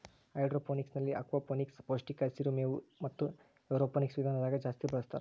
ಹೈಡ್ರೋಫೋನಿಕ್ಸ್ನಲ್ಲಿ ಅಕ್ವಾಫೋನಿಕ್ಸ್, ಪೌಷ್ಟಿಕ ಹಸಿರು ಮೇವು ಮತೆ ಏರೋಫೋನಿಕ್ಸ್ ವಿಧಾನದಾಗ ಜಾಸ್ತಿ ಬಳಸ್ತಾರ